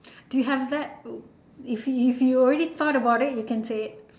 do you have that if you if you ready thought about it you can say it